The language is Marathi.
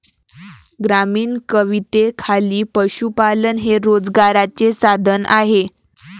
ग्रामीण कवितेखाली पशुपालन हे रोजगाराचे साधन आहे